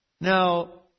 Now